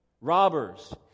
Robbers